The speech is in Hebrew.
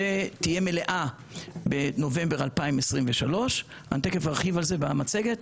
שתהיה מלאה בנובמבר 2023. תכף ארחיב על זה במצגת,